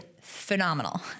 phenomenal